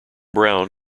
brown